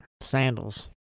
Sandals